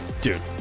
Dude